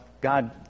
God